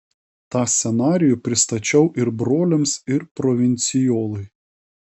tą scenarijų pristačiau ir broliams ir provincijolui